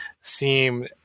seem